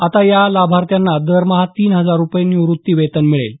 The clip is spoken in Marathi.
आता या लाभार्थ्यांना दरमहा तीन हजार रुपये निवृत्ती वेतन मिळेल